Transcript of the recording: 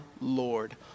Lord